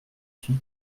suis